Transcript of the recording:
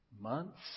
months